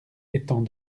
étant